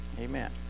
Amen